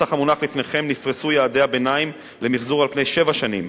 בנוסח המונח לפניכם נפרסו יעדי הביניים למיחזור על-פני שבע שנים,